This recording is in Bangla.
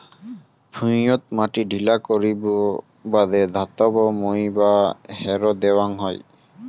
ভুঁইয়ত মাটি ঢিলা করির বাদে ধাতব মই বা হ্যারো দ্যাওয়াং হই